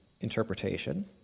interpretation